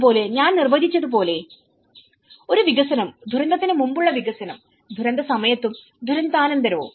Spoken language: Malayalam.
അതുപോലെ ഞാൻ നിർവചിച്ചതുപോലെ ഒരു വികസനം ദുരന്തത്തിന് മുമ്പുള്ള വികസനം ദുരന്ത സമയത്തും ദുരന്താനന്തരവും